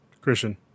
Christian